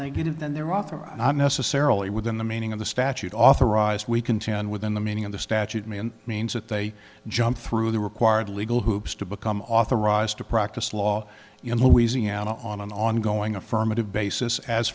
negative then they're authorized not necessarily within the meaning of the statute authorized we contend within the meaning of the statute me and means that they jump through the required legal hoops to become authorized to practice law in louisiana on an ongoing affirmative basis as